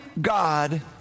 God